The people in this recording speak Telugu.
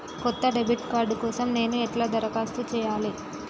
కొత్త డెబిట్ కార్డ్ కోసం నేను ఎట్లా దరఖాస్తు చేయాలి?